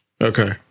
Okay